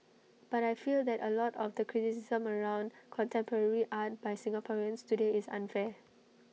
but I feel that A lot of the criticism around contemporary art by Singaporeans today is unfair